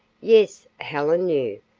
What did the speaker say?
yes, helen knew,